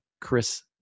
Chris